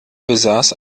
besaß